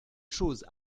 choses